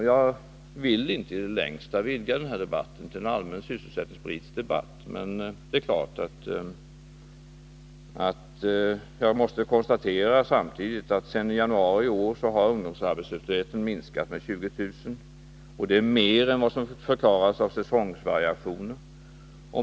Jag vill i det längsta inte utvidga den här debatten till en allmän sysselsättningspolitisk debatt, men det är klart att jag samtidigt måste konstatera att sedan i januari i år har ungdomsarbetslösheten minskat med 20 000. Det är mer än vad som förklaras av säsongvariationer.